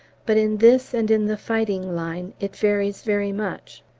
but in this and in the fighting line it varies very much.